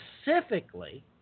specifically –